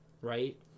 right